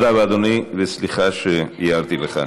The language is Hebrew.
תודה רבה, אדוני, וסליחה שהערתי לך.